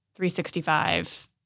365